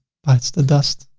bites the dust.